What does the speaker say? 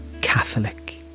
Catholic